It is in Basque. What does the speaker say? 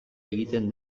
egiten